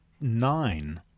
nine